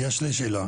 יש לי שאלה,